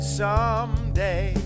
someday